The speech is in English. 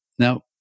Now